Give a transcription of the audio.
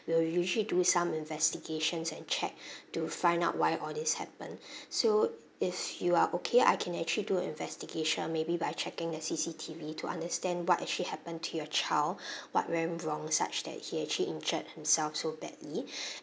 we'll usually do some investigation and check to find out why all this happened so if you are okay I can actually do an investigation maybe by checking the C_C_T_V to understand what actually happened to your child what went wrong such that he actually injured himself so badly